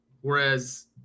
Whereas